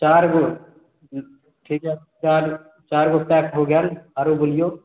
चारि गो हूँ ठीक हय चारि गो चारि गो पैक हो गेल आरो बोलिऔ